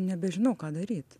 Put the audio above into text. nebežinau ką daryt